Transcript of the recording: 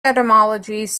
etymologies